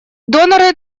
доноры